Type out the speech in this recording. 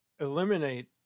eliminate